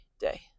day